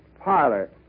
parlor